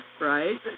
right